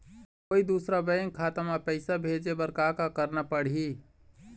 कोई दूसर बैंक खाता म पैसा भेजे बर का का करना पड़ही?